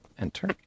Enter